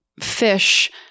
fish